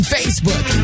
Facebook